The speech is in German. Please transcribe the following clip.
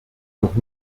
noch